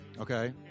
Okay